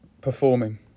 Performing